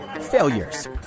failures